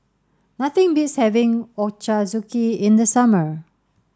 nothing beats having Ochazuke in the summer